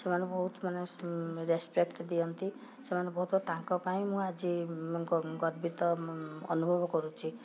ସେମାନେ ବହୁତ ମାନେ ରେସପେକ୍ଟ୍ ଦିଅନ୍ତି ସେମାନେ ତାଙ୍କ ପାଇଁ ମୁଁ ଆଜି ଗର୍ବିତ ଅନୁଭବ କରୁଛି